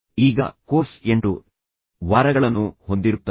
ಈಗ ಕೋರ್ಸ್ 8 ವಾರಗಳನ್ನು ಹೊಂದಿರುತ್ತದೆ